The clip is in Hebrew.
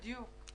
בדיוק.